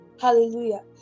Hallelujah